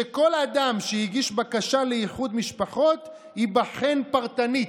היא שכל אדם שהגיש בקשה לאיחוד משפחות ייבחן פרטנית,